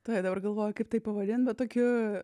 todėl dabar galvoju kaip tai pavadint bet tokių